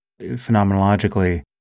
phenomenologically